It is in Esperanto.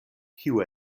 kiu